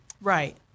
Right